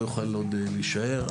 לא אוכל עוד להישאר,